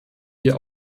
wir